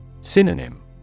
Synonym